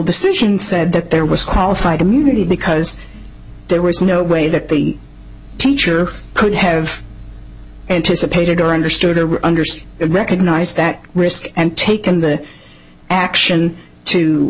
decision said that there was qualified immunity because there was no way that the teacher could have anticipated or understood or understood it recognized that risk and taken the action to